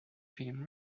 film